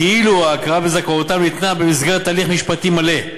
כאילו ההכרה בזכאותם ניתנה במסגרת הליך משפטי מלא.